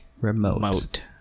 Remote